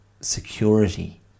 security